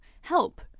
help